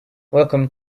welcome